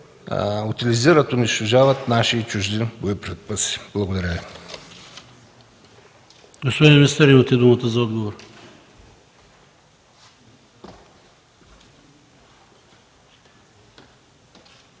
утилизират и унищожават наши и чужди боеприпаси? Благодаря.